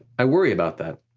i worry about that.